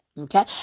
Okay